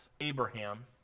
abraham